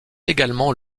également